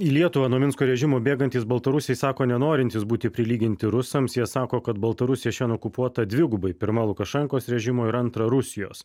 į lietuvą nuo minsko režimo bėgantys baltarusiai sako nenorintys būti prilyginti rusams jie sako kad baltarusija šiandien okupuota dvigubai pirma lukašenkos režimo ir antra rusijos